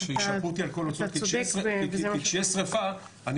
שישפו אותי על כל ההוצאות כי כשיש שריפה אני